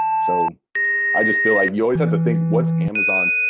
so i just feel like you always have to think, what's amazon